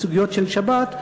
בסוגיות של שבת,